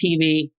TV